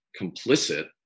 complicit